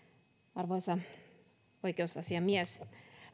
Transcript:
arvoisa oikeusasiamies